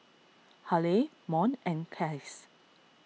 Haleigh Mont and Case